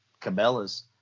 Cabela's